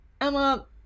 Emma